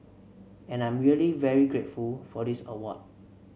and I'm really very grateful for this award